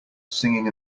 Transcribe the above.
singing